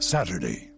Saturday